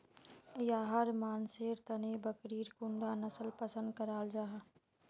याहर मानसेर तने बकरीर कुंडा नसल पसंद कराल जाहा?